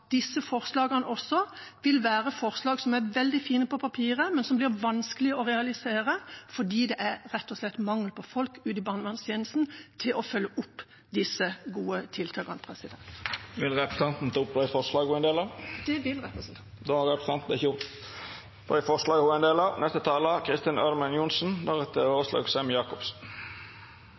disse forslagene vil være forslag som er veldig fine på papiret, men som det blir vanskelig å realisere, fordi det rett og slett er mangel på folk ute i barnevernstjenesten til å følge opp disse gode tiltakene. Vil representanten ta opp det forslaget Arbeidarpartiet er ein del av? Det vil representanten. Då har representanten Kari Henriksen teke opp det forslaget Arbeidarpartiet er ein del av.